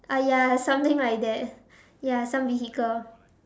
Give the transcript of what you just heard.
ah ya something like that ya some vehicle